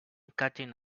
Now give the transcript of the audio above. cutting